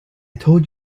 told